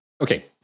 okay